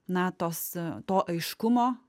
na tos to aiškumo